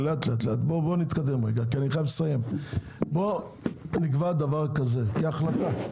בואו נקבע דבר כזה, כהחלטה: